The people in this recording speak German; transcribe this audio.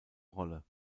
rolle